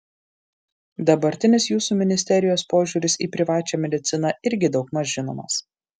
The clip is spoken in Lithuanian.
dabartinis jūsų ministerijos požiūris į privačią mediciną irgi daugmaž žinomas